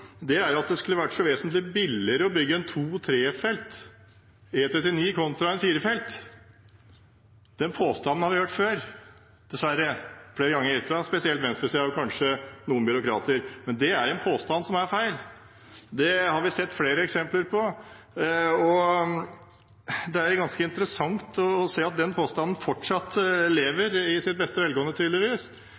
at det skulle være vesentlig billigere å bygge en to–trefelts E39 kontra en firefelts. Den påstanden har vi dessverre hørt før, flere ganger, fra spesielt venstresiden og kanskje noen byråkrater, men det er en påstand som er feil. Det har vi sett flere eksempler på, og det er ganske interessant å se at den påstanden tydeligvis fortsatt lever i beste velgående.